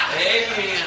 Amen